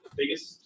biggest